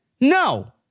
No